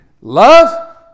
love